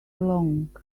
along